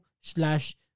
slash